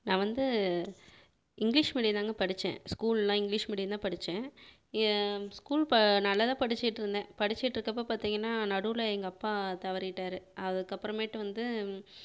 நான் வந்து English medium தாங்க படித்தேன் ஸ்கூலெலாம் இங்கிலீஷ் மீடியம்தான் படித்தேன் என் ஸ்கூல் ப நல்லாதான் படிச்சுட்டிருந்தேன் படிச்சுட்டிருக்கப்ப பார்த்தீங்கன்னா நடுவில் எங்கள் அப்பா தவறிட்டார் அதுக்கப்புறமேட்டு வந்து